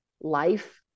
life